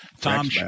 Tom